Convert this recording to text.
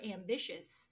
ambitious